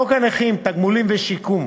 חוק הנכים (תגמולים ושיקום),